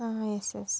ആ S S